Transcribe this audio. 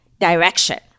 direction